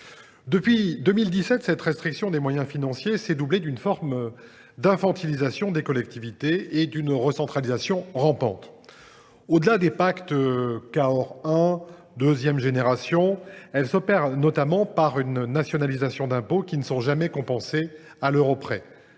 Depuis 2017, cette restriction des moyens financiers s’est doublée d’une forme d’« infantilisation » des collectivités et d’une recentralisation rampante. Au delà des pactes de Cahors de première et seconde générations, elle s’opère notamment par une nationalisation d’impôts qui ne sont jamais compensés à l’euro près